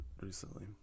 recently